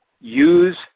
use